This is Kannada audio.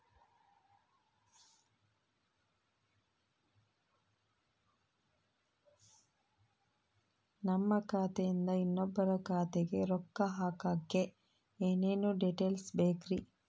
ನಮ್ಮ ಖಾತೆಯಿಂದ ಇನ್ನೊಬ್ಬರ ಖಾತೆಗೆ ರೊಕ್ಕ ಹಾಕಕ್ಕೆ ಏನೇನು ಡೇಟೇಲ್ಸ್ ಬೇಕರಿ?